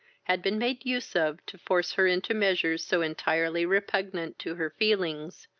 had been made use of to force her into measures so entirely repugnant to her feelings,